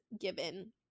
given